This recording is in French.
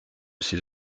ses